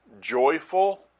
joyful